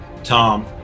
Tom